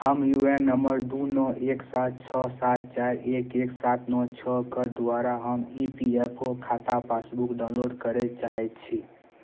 हम U N number दू नओ एक सात छओ सात चारि एक एक सात नओ छओ कऽ द्वारा हम ई पी एफ ओ खाता पासबुक डाउनलोड करय चाहैत छी